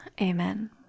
Amen